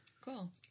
cool